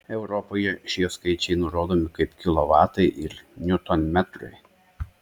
europoje šie skaičiai nurodomi kaip kilovatai ir niutonmetrai